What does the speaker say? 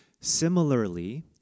Similarly